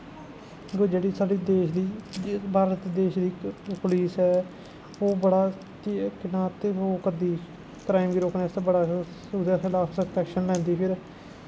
जेह्ड़ी साढ़ी देश दी भारत देश दी पुलस ऐ ओह् बड़ा ओह् करदी क्राईम गी रोकने आस्तै बड़ा ओह्दे खलाफ सख्त ऐक्शन लैंदी फिर